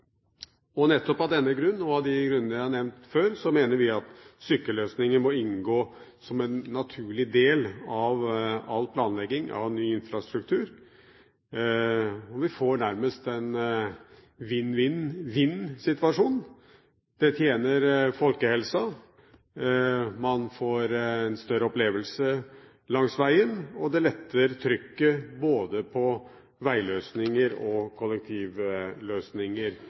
Nettopp av denne grunn og av de grunnene jeg har nevnt før, mener vi at sykkelløsninger må inngå som en naturlig del av all planlegging av ny infrastruktur. Vi får nærmest en vinn-vinn-vinn-situasjon: Det tjener folkehelsen, man får en større opplevelse langs veien, og det letter trykket både på veiløsninger og kollektivløsninger